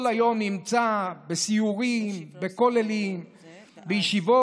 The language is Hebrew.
כל היום הוא נמצא בסיורים בכוללים בישיבות,